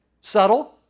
Subtle